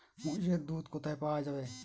মোষের দুধ কোথায় পাওয়া যাবে?